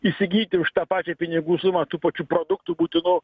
įsigyti už tą pačią pinigų sumą tų pačių produktų būtinų